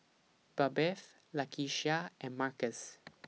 Babette Lakeshia and Marcus